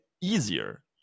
easier